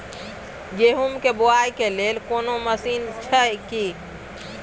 गेहूँ के बुआई के लेल कोनो मसीन अछि की?